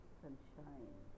sunshine